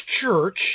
church